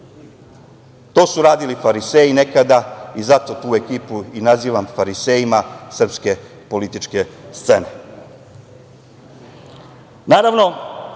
su radili Fariseji, nekada i zato tu ekipu i nazivam farisejima srpske političke